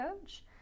coach